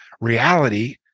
reality